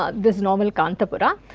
ah this novel, kantapura.